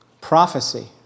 prophecy